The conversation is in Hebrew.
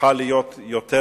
הפכה להיות קרח.